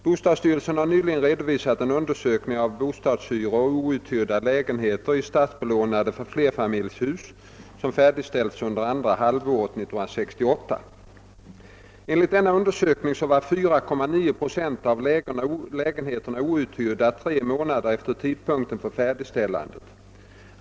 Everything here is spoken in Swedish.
Bostadsstyrelsen har nyligen redovisat en undersökning av bostadshyror och outhyrda lägenheter i statsbelånade flerfamiljshus som färdigställdes under andra halvåret 1968. Enligt denna undersökning var 4,9 procent av lägenheterna outhyrda tre månader efter tidpunkten för färdigställandet.